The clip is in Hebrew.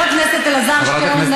חבר הכנסת אלעזר שטרן הוא,